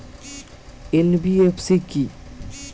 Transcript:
NBFC কী?